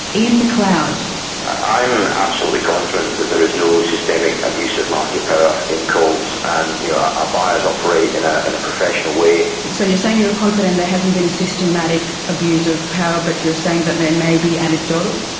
ian mcleod i am absolutely confident that there is no systemic abuse of market power in coles. and our buyers operate in ah in a professional way. so you're saying you're confident there hasn't been a systematic abuse of power, but you're saying that there may be anecdotal?